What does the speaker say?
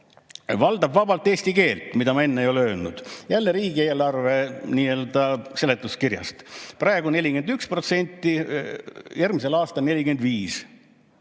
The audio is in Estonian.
valdab vabalt eesti keelt, mida ma enne ei öelnud, jälle riigieelarve seletuskirjast: praegu 41%, järgmisel aastal 45%